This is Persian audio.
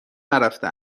نرفته